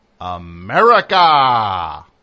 America